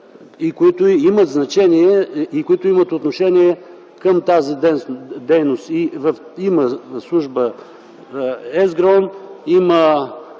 които съществуват и които имат отношение към тази дейност. Има служба ЕСГРАОН, има